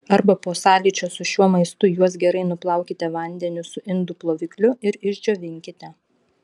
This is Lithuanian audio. arba po sąlyčio su šiuo maistu juos gerai nuplaukite vandeniu su indų plovikliu ir išdžiovinkite